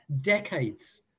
decades